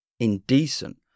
indecent